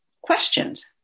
questions